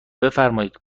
بفرمایید